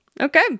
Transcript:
Okay